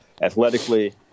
athletically